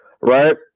right